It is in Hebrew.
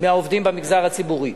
מהעובדים במגזר הציבורי,